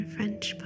French